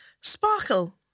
Sparkle